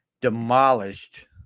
demolished